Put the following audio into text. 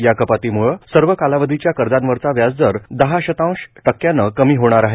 या कपातीव्रसार सर्व कालावधीच्या कर्जांवरचा व्याजदर दहा शतांश टक्क्यानं कमी होणार आहे